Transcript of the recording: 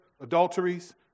adulteries